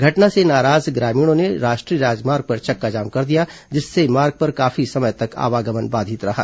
घटना से नाराज ग्रामीणों ने राष्ट्रीय राजमार्ग पर चक्काजाम कर दिया जिससे मार्ग पर काफी समय तक आवागमन बाधित रहा